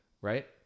Right